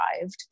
arrived